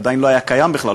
עדיין לא היה קיים בכלל.